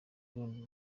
rundi